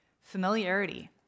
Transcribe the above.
Familiarity